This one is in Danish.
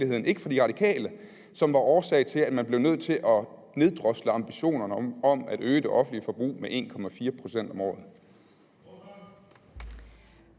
ikke fra De Radikale – og som var årsag til, at man blev nødt til at neddrosle ambitionerne om at øge det offentlige forbrug med 1,4 pct. om året.